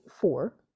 four